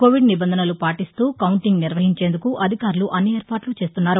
Covid నిబంధనలు పాటిస్తూ counting నిర్వహించేందుకు అధికారులు అన్ని ఏర్పాట్లు చేస్తున్నారు